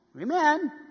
Amen